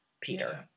Peter